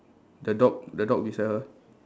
the dog the dog beside her